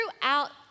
throughout